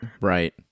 Right